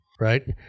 Right